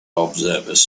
observers